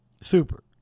super